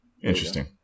Interesting